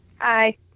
Hi